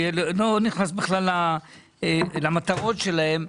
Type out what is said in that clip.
אני בכלל לא נכנס למטרות שלהן.